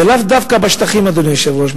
זה לאו דווקא בשטחים, אדוני היושב-ראש.